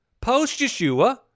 post-Yeshua